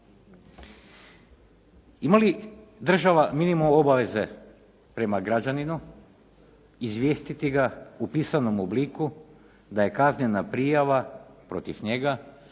Ima li država minimum obaveze prema građaninu izvijestiti ga u pisanom obliku da je kaznena prijava protiv njega,